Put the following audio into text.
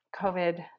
COVID